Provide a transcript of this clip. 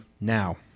Now